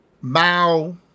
Mao